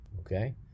Okay